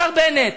השר בנט,